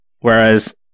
whereas